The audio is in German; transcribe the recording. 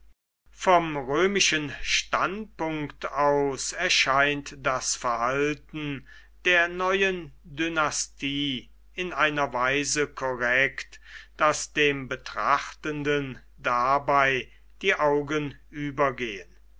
vom römischen standpunkt aus erscheint das verhalten der neuen dynastie in einer weise korrekt daß dem betrachtenden dabei die augen übergehen